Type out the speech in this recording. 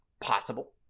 possible